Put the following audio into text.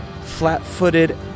flat-footed